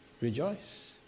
rejoice